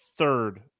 third